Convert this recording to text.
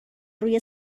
روی